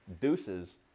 deuces